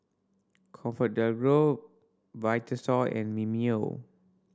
ComfortDelGro Vitasoy and Mimeo